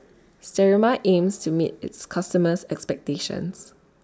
Sterimar aims to meet its customers' expectations